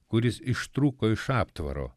kuris ištrūko iš aptvaro